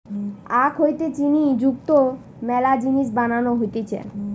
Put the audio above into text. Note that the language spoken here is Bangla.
আখ হইতে চিনি যুক্ত মেলা জিনিস বানানো হতিছে